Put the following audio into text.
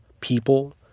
people